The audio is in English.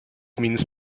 means